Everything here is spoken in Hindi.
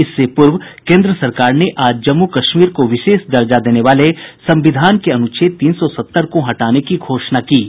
इससे पूर्व केन्द्र सरकार ने आज जम्मू कश्मीर को विशेष दर्जा देने वाले संविधान के अनुच्छेद तीन सौ सत्तर को हटाने की घोषणा की है